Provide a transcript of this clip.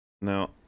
Now